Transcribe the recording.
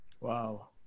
Wow